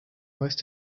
most